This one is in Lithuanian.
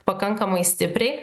pakankamai stipriai